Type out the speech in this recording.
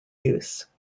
use